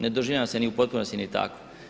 Ne doživljavam se ni u potpunosti ni tako.